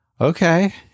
Okay